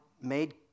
made